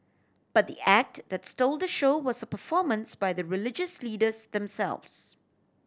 but the act that stole the show was a performance by the religious leaders themselves